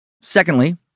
Secondly